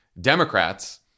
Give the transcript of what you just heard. Democrats